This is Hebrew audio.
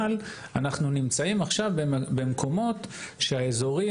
עכשיו אנחנו נמצאים במקומות שהאזורים